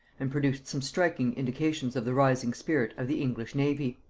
and produced some striking indications of the rising spirit of the english navy.